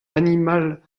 animales